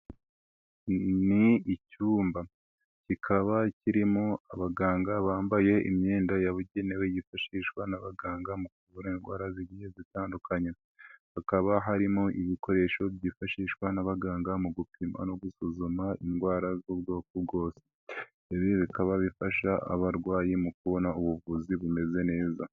Ni icyumba kikaba kirimo abaganga bambaye imyenda yabugenewe yifashishwa n'abaganga mu kuvura indwara z'igiye zitandukanye, hakaba harimo ibikoresho byifashishwa n'abaganga mu gupima no gusuzuma indwara z'ubwoko bwose, ibi bikaba bifasha abarwayi mu kubona ubuvuzi bumeze neza.